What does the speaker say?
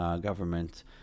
government